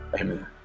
Amen